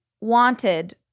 wanted